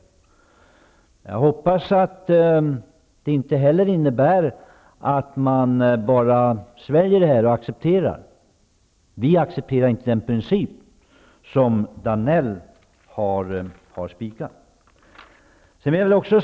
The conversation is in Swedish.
Men jag hoppas att det inte innebär att man bara sväljer och accepterar. Vi accepterar inte den princip som Georg Danell har spikat.